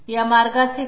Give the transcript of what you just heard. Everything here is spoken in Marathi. या मार्गाचे काय